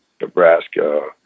Nebraska